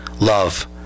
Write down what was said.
love